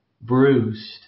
bruised